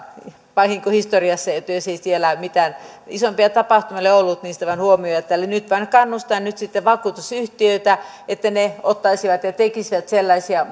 vahinkohistoria jos ei siellä mitään isompia tapahtumia ole ollut niin se voidaan huomioida nyt vain kannustan vakuutusyhtiöitä että ne ottaisivat ja tekisivät sellaisia